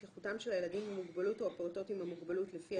ובטיחותם של הילדים עם מוגבלות או הפעוטות עם המוגבלות לפי העניין".